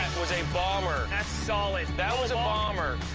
was a bomber. that's solid. that was a bomber.